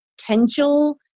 potential